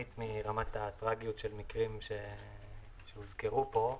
מרמת הטרגיות של מקרים שהוזכרו פה,